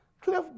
Cliff